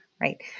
right